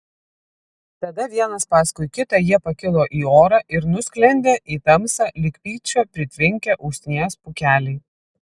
tada vienas paskui kitą jie pakilo į orą ir nusklendė į tamsą lyg pykčio pritvinkę usnies pūkeliai